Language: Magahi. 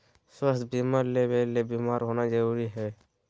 स्वास्थ्य बीमा लेबे ले बीमार होना जरूरी हय?